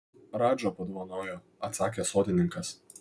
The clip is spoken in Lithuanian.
radža padovanojo atsakė sodininkas